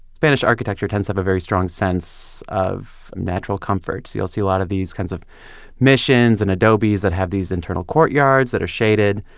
spanish architecture tends to have a very strong sense of um natural comfort, so you'll see a lot of these kinds of missions and adobes that have these internal courtyards that are shaded,